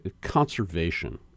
conservation